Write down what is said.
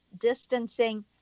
distancing